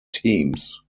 teams